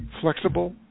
Flexible